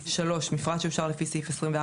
(3)מפרט שאושר לפי סעיף 24,